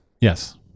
Yes